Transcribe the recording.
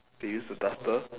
they used the duster